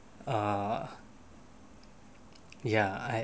err ya I